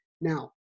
now